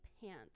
pants